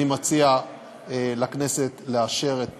אני מציע לכנסת לאשר את